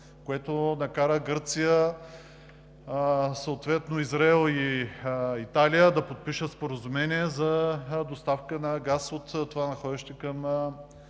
което накара Гърция, съответно Израел и Италия, да подпишат споразумение за доставка на газ от това находище